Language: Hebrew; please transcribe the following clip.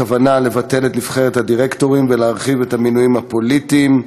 הכוונה לבטל את "נבחרת הדירקטורים" ולהרחיב את המינויים הפוליטיים,